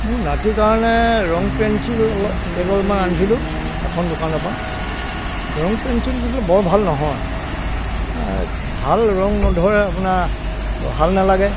মোৰ নাতি কাৰণে ৰং পেঞ্চিল অলপ কেইডালমান আনিছিলোঁ এখন দোকানৰ পৰা ৰং পেঞ্চিলকেইডাল বৰ ভাল নহয় ভাল ৰং নধৰে আপোনাৰ ভাল নেলাগে